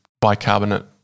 bicarbonate